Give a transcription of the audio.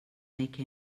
make